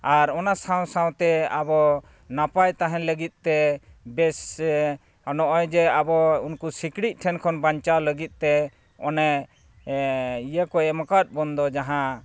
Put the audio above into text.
ᱟᱨ ᱚᱱᱟ ᱥᱟᱶ ᱥᱟᱶᱛᱮ ᱟᱵᱚ ᱱᱟᱯᱟᱭ ᱛᱟᱦᱮᱱ ᱞᱟᱹᱜᱤᱫᱼᱛᱮ ᱵᱮᱥ ᱱᱚᱜᱼᱚᱭ ᱡᱮ ᱟᱵᱚ ᱩᱱᱠᱩ ᱥᱤᱠᱲᱤᱡ ᱴᱷᱮᱱ ᱠᱷᱚᱱ ᱵᱟᱧᱪᱟᱣ ᱞᱟᱹᱜᱤᱫᱼᱛᱮ ᱚᱱᱮ ᱤᱭᱟᱹ ᱠᱚ ᱮᱢ ᱟᱠᱟᱫ ᱵᱚᱱ ᱫᱚ ᱡᱟᱦᱟᱸ